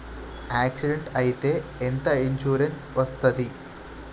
Accident అయితే ఎంత insurance వస్తది?